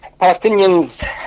Palestinians